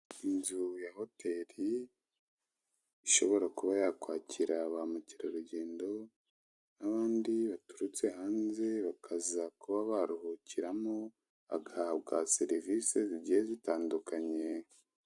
Inzu ya hoteri, ishobora kuba yakwakira ba mukerarugendo n'abandi baturutse hanze, bakaza kuba baruhukiramo, bagahabwa serivisi zigiye zitandukanye.